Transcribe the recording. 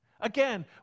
Again